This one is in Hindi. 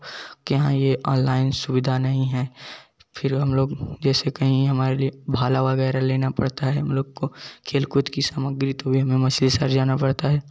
की यहाँ यह ऑनलाइन सुविधा नहीं है फिर हम लोग जैसे कहीं हमारे लिए भाला वगैरह लेना पड़ता है हम लोग को खेल कूद की सामग्री तो हमेशा शहर जाना पड़ता है